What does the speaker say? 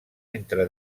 entre